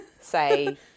say